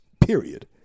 period